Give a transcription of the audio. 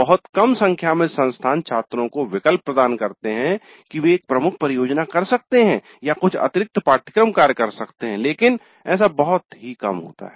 बहुत कम संख्या में संस्थान छात्रों को विकल्प प्रदान करते हैं की वे एक प्रमुख परियोजना कर सकते हैं या कुछ अतिरिक्त पाठ्यक्रम कार्य कर सकते हैं लेकिन ऐसा बहुत कम ही होता है